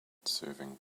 serving